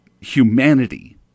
Humanity